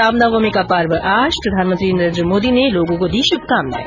रामनवमी का पर्व आज प्रधानमंत्री नरेन्द्र मोदी ने लोगो को दी शुभकामनाएं